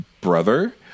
brother